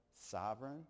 sovereign